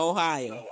Ohio